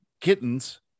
kittens